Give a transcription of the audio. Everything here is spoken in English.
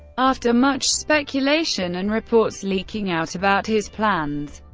after much speculation, and reports leaking out about his plans,